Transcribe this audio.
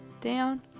down